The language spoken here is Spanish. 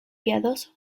piadoso